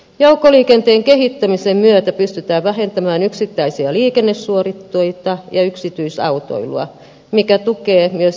joukkoliikenteen kehittämisen myötä pystytään vähentämään yksittäisiä liikennesuoritteita ja yksityisautoilua mikä tukee myös ilmastopoliittisia tavoitteita